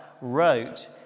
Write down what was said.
wrote